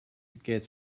get